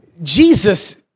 Jesus